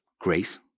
grace